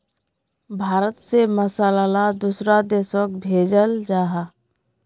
भारत से मसाला ला दुसरा देशोक भेजल जहा